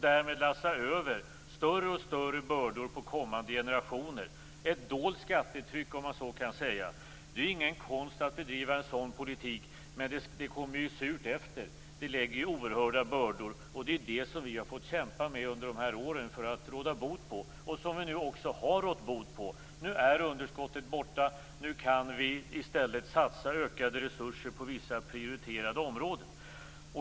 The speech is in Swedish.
Därmed lassade ni över större och större bördor på kommande generationer. Man kan säga att det är ett dolt skattetryck. Det är ingen konst att bedriva en sådan politik, men det kommer surt efter. Det blir oerhörda bördor. Det är det som vi har fått kämpa med under de här åren. Vi har nu också rått bot på det. Nu är underskottet borta. Nu kan vi i stället satsa ökade resurser på vissa prioriterade områden.